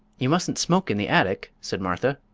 you mustn't smoke in the attic, said martha,